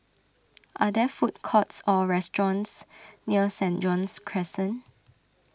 are there food courts or restaurants near Saint John's Crescent